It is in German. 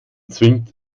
zwingt